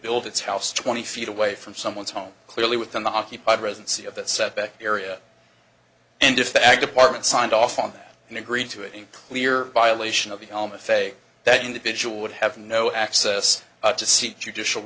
build its house twenty feet away from someone's home clearly within the occupied residency of that set back area and if that department signed off on that and agreed to it in clear violation of the home a fake that individual would have no access to see judicial